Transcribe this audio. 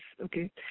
okay